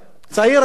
עדיין לא זקנתי,